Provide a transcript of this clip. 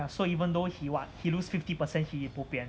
so even though he what he lose fifty percent he bo pian